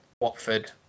Watford